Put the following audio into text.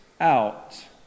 out